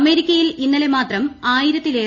അമേരിക്കയിൽ ഇന്നലെ മാത്രം ആയിരത്തിലേറെ മരണം